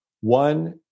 One